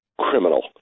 criminal